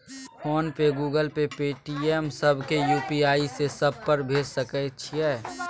Phone पे, Google Pay, Paytm, सब के UPI से सब पर भेज सके छीयै?